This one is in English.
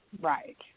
right